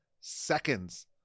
seconds